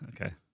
Okay